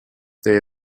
they